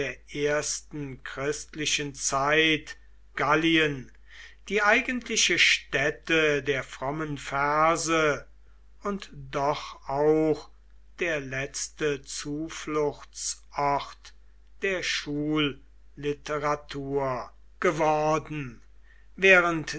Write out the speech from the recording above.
der ersten christlichen zeit gallien die eigentliche stätte der frommen verse und doch auch der letzte zufluchtsort der schulliteratur geworden während die